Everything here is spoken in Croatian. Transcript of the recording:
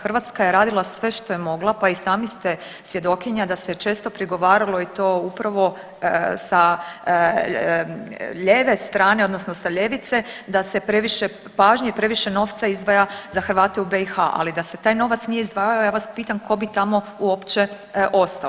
Hrvatska je radila sve što je mogla, pa i sami ste svjedokinja da se često prigovaralo i to upravo sa lijeve strane odnosno sa ljevice da se previše pažnje i previše novca izdvaja za Hrvate u BiH, ali da se taj novac nije izdvajao ja vas pitam tko bi tamo uopće ostao.